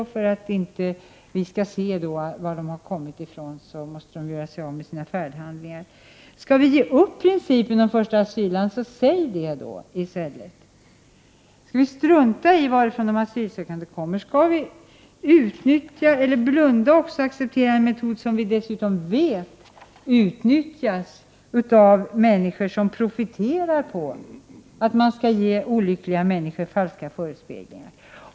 Och för att vi inte skall se var de har kommit ifrån måste de göra sig av med sina färdhandlingar. som vi vet utnyttjas av människor som profiterar på att ge olyckliga människor falska förespeglingar?